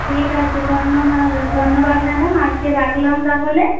ঠিক আছে ধন্যবাদ ধন্যবাদ ম্যাডাম আজকে রাখলাম তাহলে